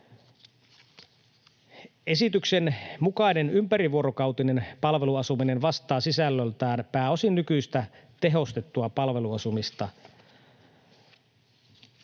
Esityksen mukainen ympärivuorokautinen palveluasuminen vastaa sisällöltään pääosin nykyistä tehostettua palveluasumista.